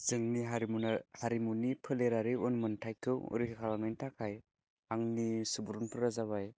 जोंनि हारिमु हारिमुनि उन मोन्थाइखौ रैखा खालामनायनि थाखाय आंनि सुबुरुनफ्रा जाबाय